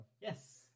Yes